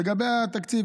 לגבי התקציב,